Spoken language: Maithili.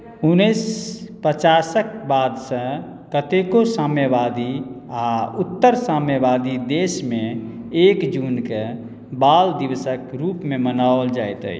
उन्नैस पचासक बादसँ कतेको साम्यवादी आ उत्तर साम्यवादी देशमे एक जूनकेँ बाल दिवसक रूपमे मनाओल जाइत अछि